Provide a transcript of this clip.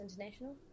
international